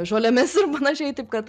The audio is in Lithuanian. žolėmis ir panašiai taip kad